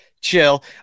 chill